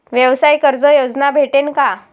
व्यवसाय कर्ज योजना भेटेन का?